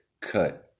cut